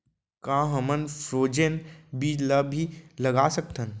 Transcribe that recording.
का हमन फ्रोजेन बीज ला भी लगा सकथन?